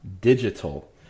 digital